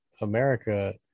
America